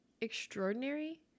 extraordinary